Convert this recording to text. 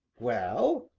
well?